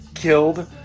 killed